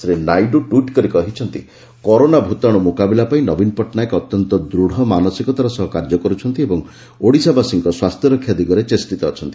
ଶ୍ରୀ ନାୟଡୁ ଟ୍ବିଟ କରି କହିଛନ୍ତି କରୋନା ଭୂତାଶୁ ମୁକାବିଲା ପାଇଁ ନବୀନ ପଟ୍ଟନାୟକ ଅତ୍ୟନ୍ତ ଦୂଚ ମାନସିକତାର ସହ କାର୍ଯ୍ୟ କରୁଛନ୍ତି ଓ ଓଡିଶାବାସୀଙ୍କ ସ୍ୱାସ୍ଥ୍ୟ ରକ୍ଷା ଦିଗରେ ଚେଷ୍ଟିତ ଅଛନ୍ତି